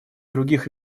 других